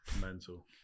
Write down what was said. Mental